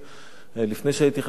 לפני שהייתי חבר כנסת,